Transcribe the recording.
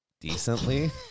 decently